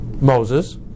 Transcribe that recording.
Moses